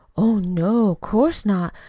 oh, no, course not.